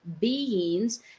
beings